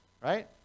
right